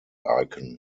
icon